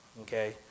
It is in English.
okay